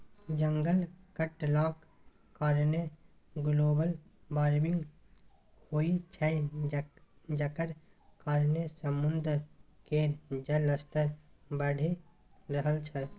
जंगल कटलाक कारणेँ ग्लोबल बार्मिंग होइ छै जकर कारणेँ समुद्र केर जलस्तर बढ़ि रहल छै